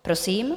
Prosím.